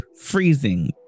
freezing